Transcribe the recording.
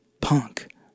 punk